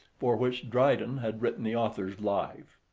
for which dryden had written the author's life.